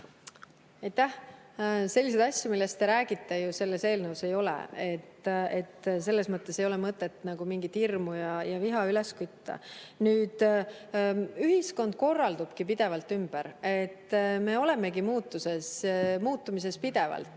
Aitäh! Selliseid asju, millest te räägite, ju selles eelnõus ei ole. Selles mõttes ei ole mõtet nagu mingit hirmu ja viha üles kütta. Ühiskond korraldubki pidevalt ümber, me olemegi muutuses, pidevas